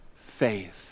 faith